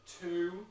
two